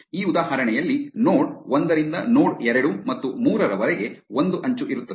ಈ ಉದಾಹರಣೆಯಲ್ಲಿ ನೋಡ್ ಒಂದರಿಂದ ನೋಡ್ ಎರಡು ಮತ್ತು ಮೂರರವರೆಗೆ ಒಂದು ಅಂಚು ಇರುತ್ತದೆ